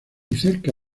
cerca